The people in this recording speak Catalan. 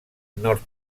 nord